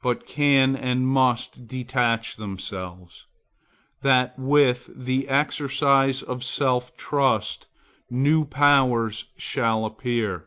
but can and must detach themselves that with the exercise of self-trust, new powers shall appear